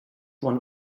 won